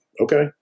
okay